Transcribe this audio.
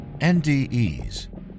NDEs